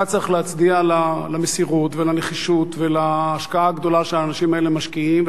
צריך להצדיע על המסירות והנחישות וההשקעה הגדולה שהאנשים האלה משקיעים,